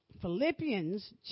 Philippians